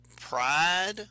pride